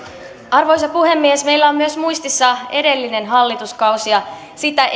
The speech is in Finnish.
arvoisa puhemies meillä on myös muistissa edellinen hallituskausi ja sitä